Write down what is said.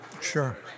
Sure